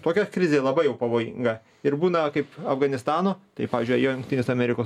tokia krizė labai jau pavojinga ir būna kaip afganistano tai pavyzdžiui jungtinės amerikos